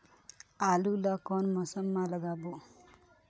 आलू ला कोन मौसम मा लगाबो?